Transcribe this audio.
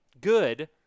good